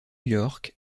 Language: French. york